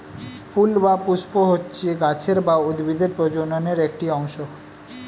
ফুল বা পুস্প হচ্ছে গাছের বা উদ্ভিদের প্রজননের একটি অংশ